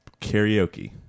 karaoke